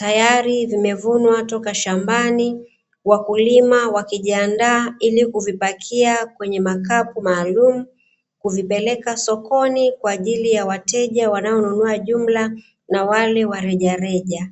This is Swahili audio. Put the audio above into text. ambalo limevunwa kutoka shambani, hulu wakulima wakijiandaa ili kuvipakia kwenye makapu maalumu, kuvipeleka sokoni kwa ajili ya wakulima wanao nunua jumla pamoja na wale wa rejareja.